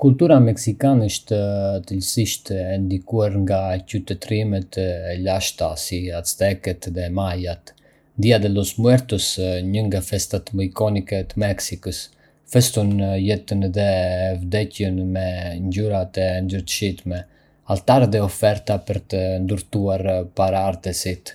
Kultura meksikane është thellësisht e ndikuar nga qytetërimet e lashta si Aztekët dhe Majat. Día de los Muertos, një nga festat më ikonike të Meksikës, feston jetën dhe vdekjen me ngjyra të ndritshme, altarë dhe oferta për të nderuar paraardhësit.